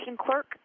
clerk